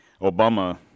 Obama